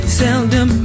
seldom